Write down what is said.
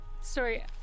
Sorry